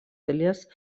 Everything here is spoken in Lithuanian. dalies